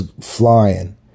flying